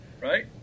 right